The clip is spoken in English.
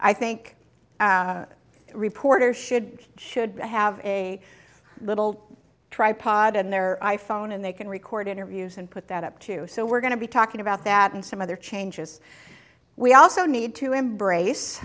i think reporter should should have a little tripod in their i phone and they can record interviews and put that up too so we're going to be talking about that and some other changes we also need to embrace